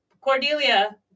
cordelia